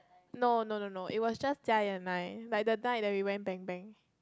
no no no no it was just Jia-yi and I like the night that we went Bang Bang